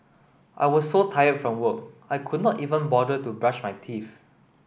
I was so tired from work I could not even bother to brush my teeth